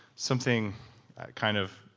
something kind of,